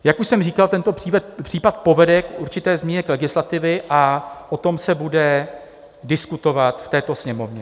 Jak už jsem říkal, tento případ povede k určité změně legislativy a o tom se bude diskutovat v této Sněmovně.